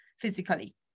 physically